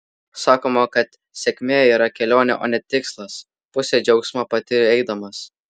sakoma kad sėkmė yra kelionė o ne tikslas pusę džiaugsmo patiri eidamas